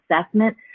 assessment